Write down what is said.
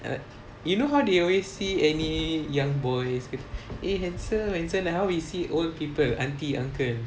ah you know how they always see any young boys eh handsome handsome like how we see old people aunty uncle